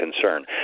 concern